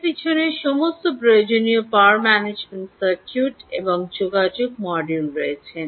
এর পিছনে সমস্ত প্রয়োজনীয় পাওয়ার ম্যানেজমেন্ট সার্কিট এবং যোগাযোগ মডিউল রয়েছে